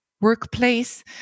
workplace